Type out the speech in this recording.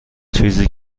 چیزی